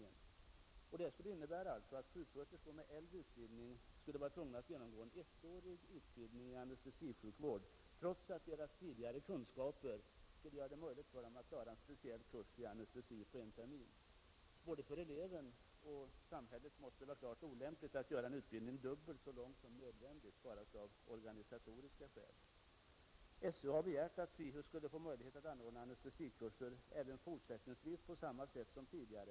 Det skulle alltså innebära att sjuksköterskor med äldre utbildning skulle vara tvungna att genomgå en ettårig utbildning i anestesisjukvård, trots att deras tidigare kunskaper skulle göra det möjligt för dem att klara en speciell kurs i anestesi på en termin. Såväl för eleven som för samhället måste det vara klart olämpligt att göra en utbildning dubbelt så lång som nödvändigt bara av organisatoriska skäl. Skolöverstyrelsen har begärt att SIHUS skulle få möjlighet att anordna anestesikurser fortsättningsvis på samma sätt som tidigare.